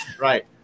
Right